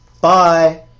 Bye